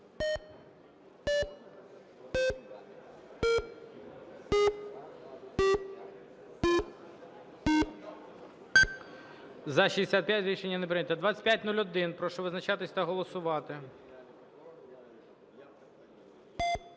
За-65 Рішення не прийнято. 2501. Прошу визначатися та голосувати.